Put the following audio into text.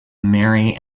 marry